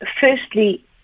firstly